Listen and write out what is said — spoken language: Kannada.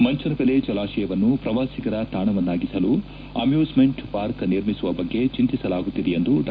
ಮಂಚನಬೆಲೆ ಜಲಾಶಯವನ್ನು ಪ್ರವಾಸಿಗರ ತಾಣವನ್ನಾಗಿಸಲು ಅಮ್ಯೂಸ್ಲೆಂಟ್ ಪಾರ್ಕ್ ನಿರ್ಮಿಸುವ ಬಗ್ಗೆ ಚೆಂತಿಸಲಾಗುತ್ತಿದೆ ಎಂದು ಡಾ